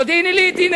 במודיעין-עילית.